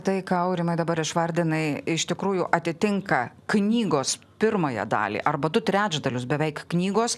tai ką aurimai dabar išvardinai iš tikrųjų atitinka knygos pirmąją dalį arba du trečdalius beveik knygos